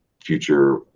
future